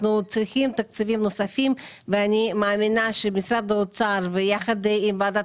אנחנו צריכים תקציבים נוספים ואני מאמינה שמשרד האוצר יחד עם ועדת